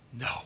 No